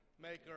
maker